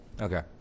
okay